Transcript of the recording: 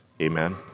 Amen